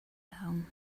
town